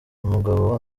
umugabo